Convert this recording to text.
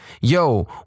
yo